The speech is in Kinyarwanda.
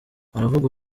aravuga